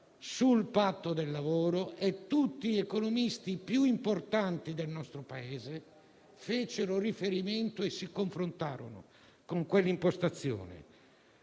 sul Patto del lavoro e tutti gli economisti più importanti del nostro Paese fecero riferimento e si confrontarono con quell'impostazione.